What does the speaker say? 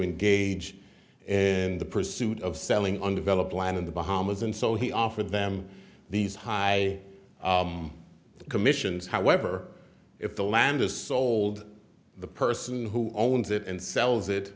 engage and the pursuit of selling undeveloped land in the bahamas and so he offered them these high commissions however if the land is sold the person who owns it and sells it